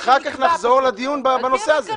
אחר כך נחזור לדיון בנושא הזה.